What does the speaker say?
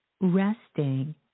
resting